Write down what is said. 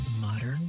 Modern